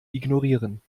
ignorieren